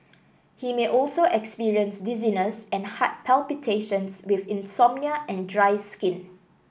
he may also experience dizziness and heart palpitations with insomnia and dry skin